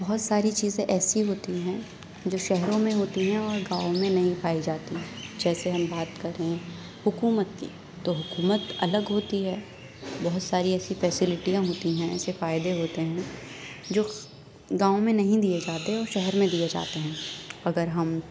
بہت ساری چیزیں ایسی ہوتی ہیں جو شہروں میں ہوتی ہیں اور گاؤں میں نہیں پائی جاتیں جیسے ہم بات کریں حکومت کی تو حکومت الگ ہوتی ہے بہت ساری ایسی فیسیلٹیاں ہوتی ہیں ایسے فائدے ہوتے ہیں جو گاؤں میں نہیں دیے جاتے اور شہر میں دیے جاتے ہیں اگر ہم